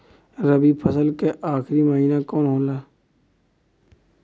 रवि फसल क आखरी महीना कवन होला?